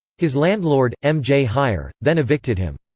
his landlord, m. j. heyer, then evicted him.